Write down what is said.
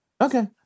Okay